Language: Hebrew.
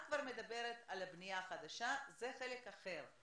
את כבר מדברת על הבנייה החדשה, זה חלק אחר.